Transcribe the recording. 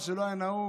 מה שלא היה נהוג.